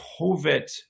COVID